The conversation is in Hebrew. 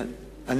אין.